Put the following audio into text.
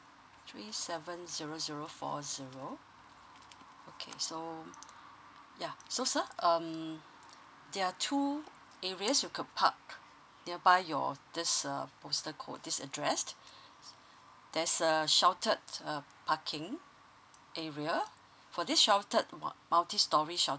three seven zero zero four zero okay so yeah so sir um there are two areas you could park nearby your this uh postal code this addressed there's a sheltered uh parking area for this sheltered multi storey sheltered